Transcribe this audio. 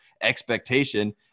expectation